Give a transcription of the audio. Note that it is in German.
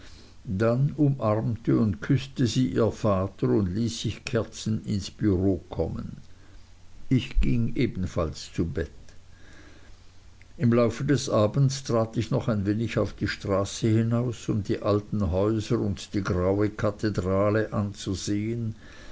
dann umarmte und küßte sie ihr vater und ließ sich kerzen ins bureau kommen ich ging ebenfalls zu bett im lauf des abends trat ich noch ein wenig auf die straße hinaus um die alten häuser und die graue kathedrale anzusehen